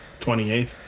28th